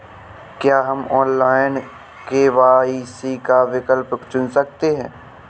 क्या हम online KYC का विकल्प चुन सकते हैं?